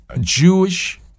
Jewish